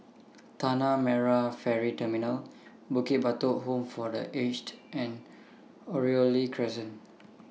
Tanah Merah Ferry Terminal Bukit Batok Home For The Aged and Oriole Crescent